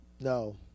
No